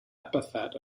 epithet